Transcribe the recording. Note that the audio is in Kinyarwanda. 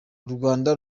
urwanda